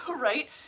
right